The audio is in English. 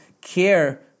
care